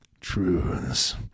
Truths